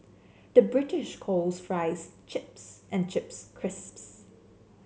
the British calls fries chips and chips crisps